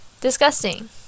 Disgusting